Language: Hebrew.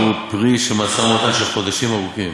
והוא פרי משא-ומתן בן חודשים ארוכים.